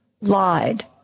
lied